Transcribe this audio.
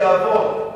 זה יעבור,